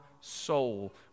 soul